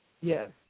Yes